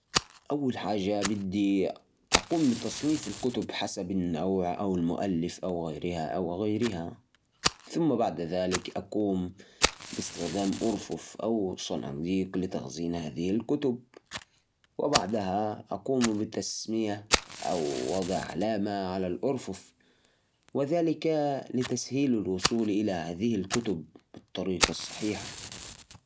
عشان تنظم عدد كبير من الكتب أول شي فرغ الرفوف وخذ فكرة عن الكتب اللي عندك بعدين قرر إذا تبغى ترتبها حسب النوع أو المؤلف أو الحجم استخدم حوامل أو صناديق لترتيب الكتب الصغيرة حاول تخلي الكتب الأكثر استخداماً لمكان سهل الوصول وبس